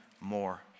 more